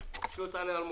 שלא תעלה על מוקשים: